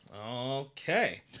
Okay